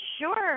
sure